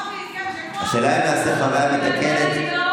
השאלה היא אם נעשה חוויה מתקנת,